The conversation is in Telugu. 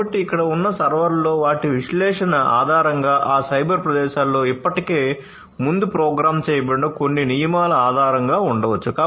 కాబట్టి ఇక్కడ ఉన్న సర్వర్లలో వాటి విశ్లేషణ ఆధారంగా ఆ సైబర్ ప్రదేశాలలో ఇప్పటికే ముందే ప్రోగ్రామ్ చేయబడిన కొన్ని నియమాల ఆధారంగా ఉండవచ్చు